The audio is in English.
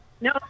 No